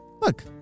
look